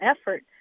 effort